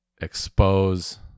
expose